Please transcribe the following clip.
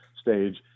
stage